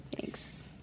Thanks